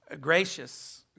Gracious